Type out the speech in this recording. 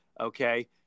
Okay